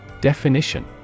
Definition